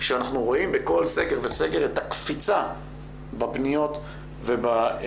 אנחנו רואים בכל סגר וסגר את הקפיצה בפניות ובמקרים.